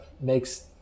makes